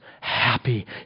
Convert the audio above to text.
Happy